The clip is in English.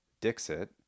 Dixit